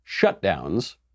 shutdowns